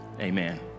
Amen